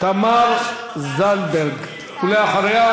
תמר זנדברג, תאמין לי,